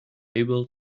able